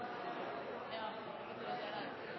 Jeg har